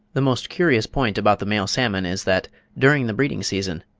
the most curious point about the male salmon is that during the breeding-season,